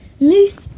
moose